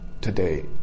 today